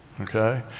Okay